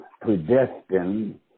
Predestined